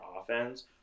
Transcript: offense